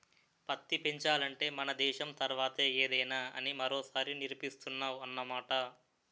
పత్తి పెంచాలంటే మన దేశం తర్వాతే ఏదైనా అని మరోసారి నిరూపిస్తున్నావ్ అన్నమాట